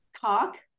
talk